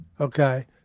Okay